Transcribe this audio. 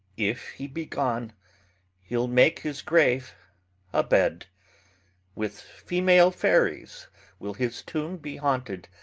if he be gone he'll make his grave a bed with female fairies will his tomb be haunted,